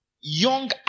young